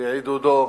בעידודו